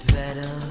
better